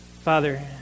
Father